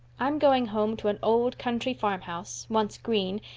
i'm going home to an old country farmhouse, once green,